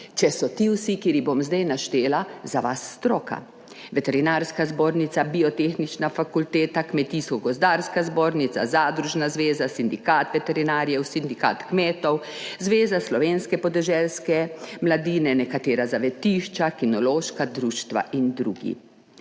Če so ti vsi, ki jih bom zdaj naštela, za vas stroka: Veterinarska zbornica, Biotehnična fakulteta, Kmetijsko gozdarska zbornica, Zadružna zveza, Sindikat veterinarjev, Sindikat kmetov, Zveza slovenske podeželske mladine, nekatera zavetišča, kinološka društva in drugi.